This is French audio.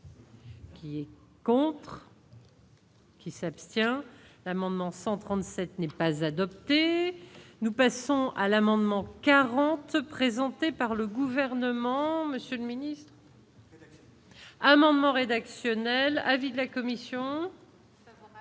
qui est pour. Quand. Qui s'abstient l'amendement 137 n'est pas adopté, nous passons à l'amendement 40 présenté par le gouvernement Monsieur le ministre. Amendements rédactionnels avis de la commission.